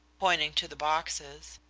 pointing to the boxes,